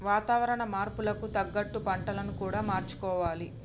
వాతావరణ మార్పులకు తగ్గట్టు పంటలను కూడా మార్చుకోవాలి